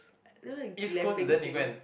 know the glamping thing